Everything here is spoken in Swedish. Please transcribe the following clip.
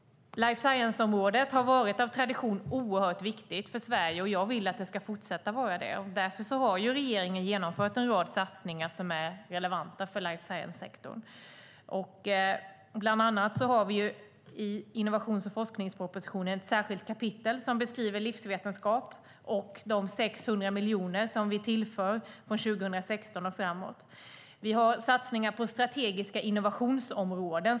Life science-området har av tradition varit oerhört viktigt för Sverige, och jag vill att det ska fortsätta att vara det. Därför har regeringen genomfört en rad satsningar som är relevanta för life science-sektorn. Bland annat har vi i innovations och forskningspropositionen ett särskilt kapitel som beskriver livsvetenskap och de 600 miljoner som vi tillför från 2016 och framåt. Vi har satsningar på strategiska innovationsområden.